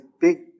big